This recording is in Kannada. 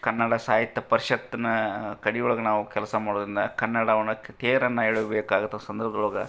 ಕನ್ನಡ ಸಾಹಿತ್ಯ ಪರ್ಷತ್ನಾ ಕಡೆಯೊಳ್ಗ ನಾವು ಕೆಲಸ ಮಾಡೋದರಿಂದ ಕನ್ನಡವನ್ನು ತೇರನ್ನು ಎಳಿಬೇಕಾದಂಥ ಸಂದರ್ಭದೊಳ್ಗೆ